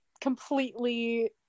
completely